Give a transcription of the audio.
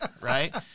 right